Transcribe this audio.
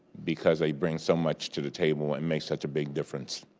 because they bring so much to the table and make such a big difference.